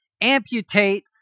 amputate